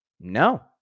No